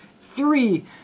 Three